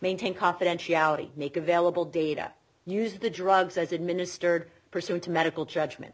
maintain confidentiality make available data use the drugs as administered pursuant to medical judgment